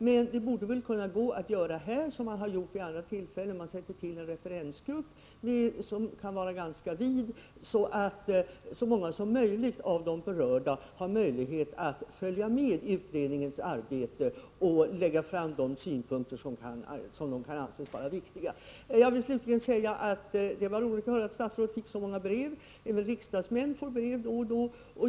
Men det borde gå att göra i detta sammanhang som man har gjort vid andra tillfällen: Man sätter till en ganska bred referensgrupp, så att så många som möjligt kan följa med i utredningens arbete och lägga fram de synpunkter som de kan anse viktiga. Slutligen: Det var roligt att höra att statsrådet får många brev. Även riksdagsmän får brev då och då.